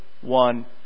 one